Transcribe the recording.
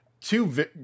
Two